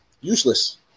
useless